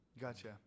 Gotcha